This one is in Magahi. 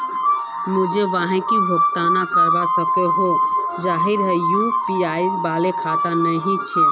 मुई वहाक भुगतान करवा सकोहो ही जहार यु.पी.आई वाला खाता नी छे?